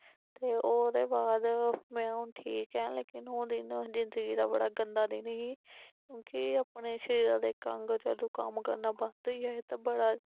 ते ओह्दे बाद में हुन ठीक ऐं लेकिन ओह् दिन जिंदगी दा बड़ा गंदा दिन ही क्युंकि अपने शरीरा दे इक अंग जदूं कम्म करना बंद होई जाए ते बड़ा